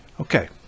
Okay